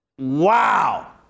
Wow